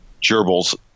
gerbils